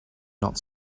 not